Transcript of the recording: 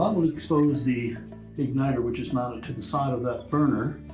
um would expose the igniter which is mounted to the side of that burner.